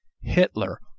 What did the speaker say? Hitler